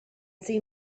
see